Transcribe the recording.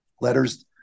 letters